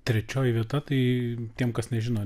trečioji vieta tai tiem kas nežino